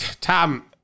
Tom